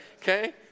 okay